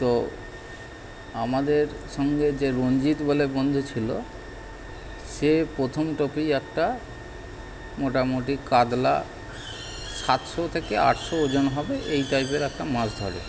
তো আমাদের সঙ্গে যে রঞ্জিত বলে বন্ধু ছিলো সে প্রথম টোপেই একটা মোটামোটি কাতলা সাতশো থেকে আটশো ওজন হবে এই টাইপের একটা মাছ ধরে